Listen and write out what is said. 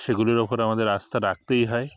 সেগুলোর উপরে আমাদের আস্থা রাখতেই হয়